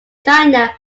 china